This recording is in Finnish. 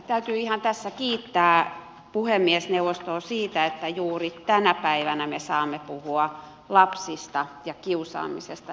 täytyy ihan tässä kiittää puhemiesneuvostoa siitä että juuri tänä päivänä me saamme puhua lapsista ja kiusaamisesta